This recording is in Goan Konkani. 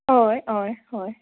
हय हय हय